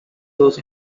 those